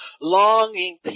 longing